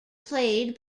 played